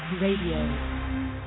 Radio